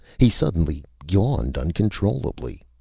he suddenly yawned uncontrollably.